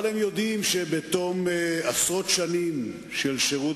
אבל הם יודעים שבתום עשרות שנים של שירות